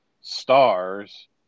stars